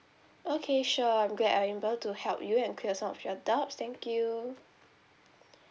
okay sure I'm glad I'm able to help you and clear some of your doubts thank you